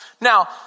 Now